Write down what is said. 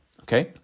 Okay